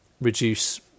reduce